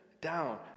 down